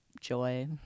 Joy